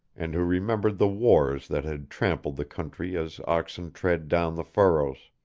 and who remembered the wars that had trampled the country as oxen tread down the furrows,